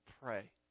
pray